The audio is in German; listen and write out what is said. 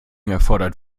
erfordert